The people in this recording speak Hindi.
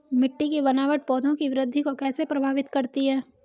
मिट्टी की बनावट पौधों की वृद्धि को कैसे प्रभावित करती है?